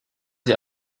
sie